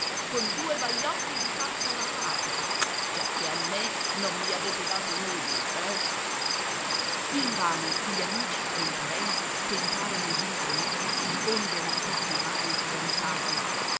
con due baiocchi di carta rasata giacché a me non mi avete dato nulla veh invano gli amici e i parenti tentarono d'intromettersi onde rappattumare i fidanzati